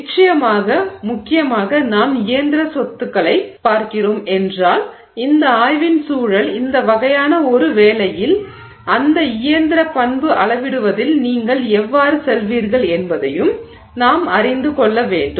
நிச்சயமாக முக்கியமாக நாம் இயந்திர சொத்துக்களைப் பார்க்கிறோம் என்றால் இந்த ஆய்வின் சூழல் இந்த வகையான ஒரு வேலையில் அந்த இயந்திர பண்பு அளவிடுவதில் நீங்கள் எவ்வாறு செல்வீர்கள் என்பதையும் நாம் அறிந்து கொள்ள வேண்டும்